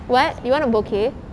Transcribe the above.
what you want a bouquet